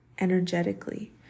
energetically